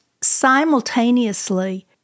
simultaneously